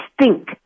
stink